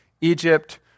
Egypt